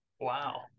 Wow